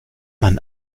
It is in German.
man